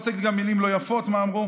אני גם לא רוצה להגיד מילים לא יפות, מה אמרו.